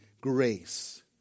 grace